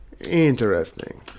Interesting